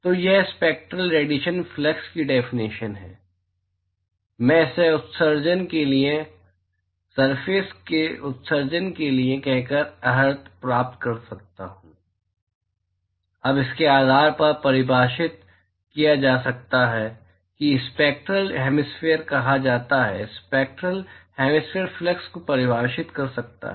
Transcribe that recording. तो यह spectral radiation flux की डेफिनेशन है मैं इसे उत्सर्जन के लिए सरफेस से उत्सर्जन के लिए कहकर अर्हता प्राप्त कर सकता हूं अब इसके आधार पर परिभाषित किया जा सकता है जिसे स्पैक्टरल हैमिस्फैरिकल कहा जाता स्पैक्टरल हैमिस्फैरिकल फ्लक्स को परिभाषित कर सकता है